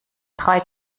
drei